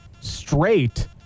straight